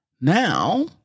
now